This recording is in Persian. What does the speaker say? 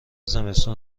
زمستون